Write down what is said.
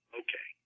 okay